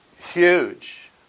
huge